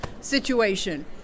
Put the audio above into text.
situation